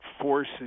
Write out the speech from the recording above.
forces –